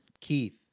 Keith